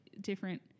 different